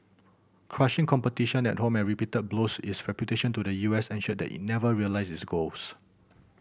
crushing competition at home and repeated blows its reputation to the U S ensured that it never realised those goals